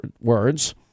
words